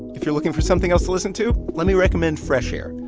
if you're looking for something else listen to, let me recommend fresh air.